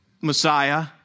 Messiah